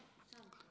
עכשיו,